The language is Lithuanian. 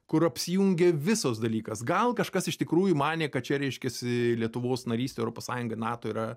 kur apsijungia visos dalykas gal kažkas iš tikrųjų manė kad čia reiškiasi lietuvos narystė europos sąjunga nato yra